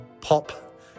pop